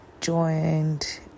joined